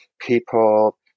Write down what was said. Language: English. people